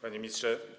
Panie Ministrze!